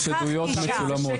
יש עדויות מצולמות.